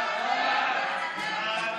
ההצעה